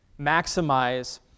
maximize